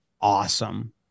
awesome